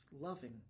loving